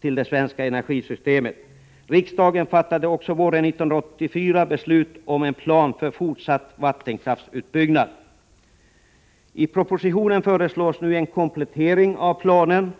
till det svenska energisystemet. Riksdagen fattade våren 1984 också beslut om en plan för fortsatt vattenkraftsutbyggnad. I propositionen föreslås nu en komplettering av planen.